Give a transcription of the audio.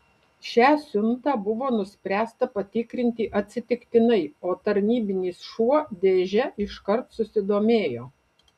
šią siuntą buvo nuspręsta patikrinti atsitiktinai o tarnybinis šuo dėže iškart susidomėjo